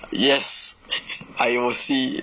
yes I will see